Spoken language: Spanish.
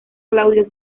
claudio